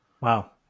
Wow